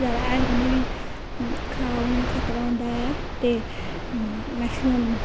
जैदा हैल कन्नै बी खराब होने दा खतरा होंदा ऐ ते मैक्सीमम